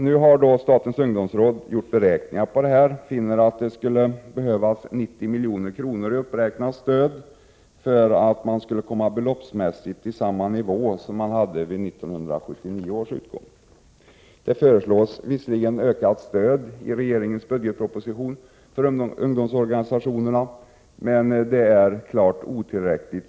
Nu har statens ungdomsråd gjort beräkningar och funnit att stödet skulle behöva räknas upp med 90 milj.kr. för att det beloppsmässigt skulle bli samma nivå som man hade vid 1979 års utgång. I regeringens budgetproposition föreslås visserligen ökat stöd för ungdomsorganisationerna, men det är enligt vår bedömning klart otillräckligt.